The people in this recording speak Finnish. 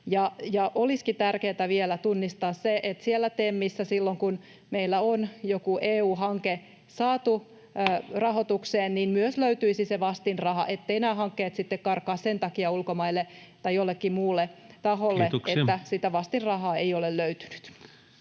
Olisikin tärkeätä vielä tunnistaa se, että siellä TEMissä silloin, kun meillä on joku EU-hanke saatu rahoitukseen, löytyisi se vastinraha, etteivät nämä hankkeet karkaa sen takia ulkomaille tai jollekin muulle taholle, [Puhemies: Kiitoksia!] että sitä vastinrahaa ei ole löytynyt.